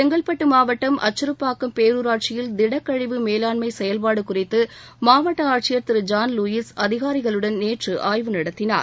செங்கல்பட்டு மாவட்டம் அச்சிறுபாக்கம் பேரூராட்சியில் திடக்கழிவு மேலாண்மை செயல்பாடு குறித்து மாவட்ட ஆட்சியர் திரு ஜான் லூயிஸ் அதிகாரிகளுடன் நேற்று ஆய்வு நடத்தினார்